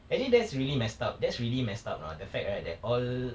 actually that's really messed up that's really messed up you know the fact right that all